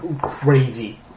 crazy